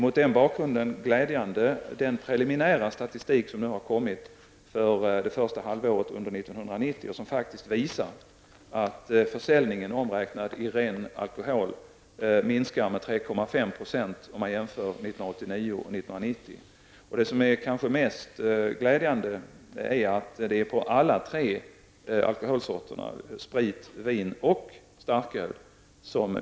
Mot den bakgrunden är den preliminära statistik som kommit för det första halvåret 1990 glädjande. Denna statistik visar faktiskt att försäljningen omräknat i ren alkohol mellan 1989 och 1990 har minskat med 3,5 %. Det kanske mest glädjande är att denna minskning sker i fråga om alla tre alkoholsorterna -- sprit, vin och starköl.